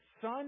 Son